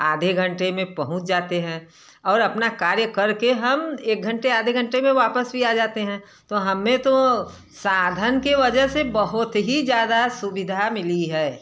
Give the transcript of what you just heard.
आधे घंटे में पहुँच जाते हैं और अपना कार्य करके हम एक घंटे आधे घंटे में वापस भी आ जाते हैं तो हमें तो साधन के वजह से बहुत ही ज़्यादा सुविधा मिली है